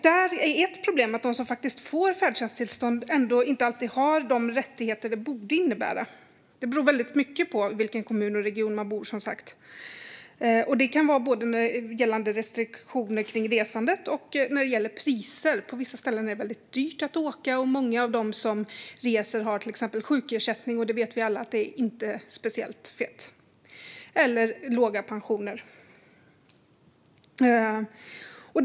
Det är ett problem att de som faktiskt får färdtjänsttillstånd ändå inte alltid har de rättigheter som det borde innebära. Det beror som sagt väldigt mycket på vilken kommun och region man bor i, och det kan gälla både restriktioner kring resandet och priser. På vissa ställen är det väldigt dyrt att åka. Många av dem som reser har till exempel sjukersättning eller låga pensioner, och vi vet alla att det inte är speciellt fett.